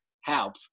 help